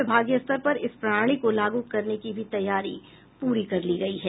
विभागीय स्तर पर इस प्रणाली को लागू करने की भी तैयारी पूरी कर ली गयी है